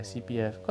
orh